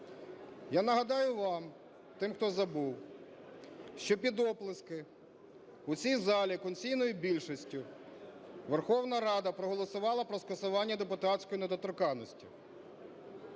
Я нагадаю вам, тим, хто забув, що під оплески у цій залі конституційною більшістю Верховна Рада проголосувала про скасування депутатської недоторканності